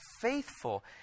faithful